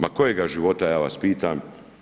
Ma kojega života ja vas pitam.